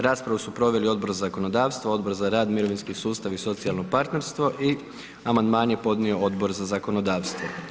Raspravu su proveli Odbor za zakonodavstvo, Odbor za rad, mirovinski sustav i socijalno partnerstvo i amandman je podnio Odbor za zakonodavstvo.